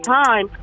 time